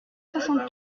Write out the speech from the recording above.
soixante